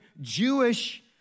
Jewish